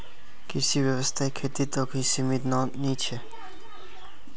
कृषि व्यवसाय खेती तक ही सीमित नी छे